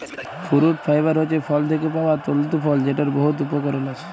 fruit fibre হছে ফল থ্যাকে পাউয়া তল্তু ফল যেটর বহুত উপকরল আছে